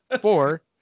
four